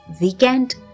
weekend